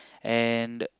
and